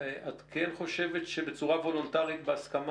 את כן חושבת שבצורה וולונטרית ובהסכמה